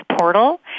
portal